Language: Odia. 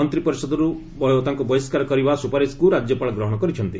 ମନ୍ତ୍ରୀ ପରିଷଦରୁ ତାଙ୍କୁ ବହିଷ୍କାର କରିବା ସୁପାରିସ୍କୁ ରାଜ୍ୟପାଳ ଗ୍ରହଣ କରିଛନ୍ତି